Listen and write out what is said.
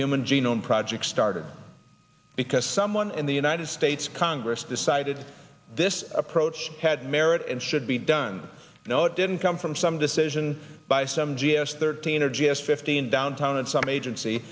human genome project started because someone in the united states congress decided this approach had merit and should be done no it didn't come from some decision by some g s thirteen or g s fifteen downtown and some agency